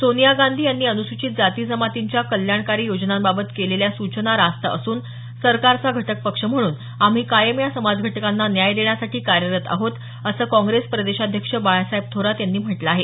सोनिया गांधी यांनी अनुसूचित जाती जमातींच्या कल्याणकारी योजनांबाबत केलेल्या सूचना रास्त असून सरकारचा घटकपक्ष म्हणून आम्ही कायम या समाजघटकांना न्याय देण्यासाठी कार्यरत आहोत असं काँग्रेस प्रदेशाध्यक्ष बाळासाहेब थोरात यांनी म्हटलं आहे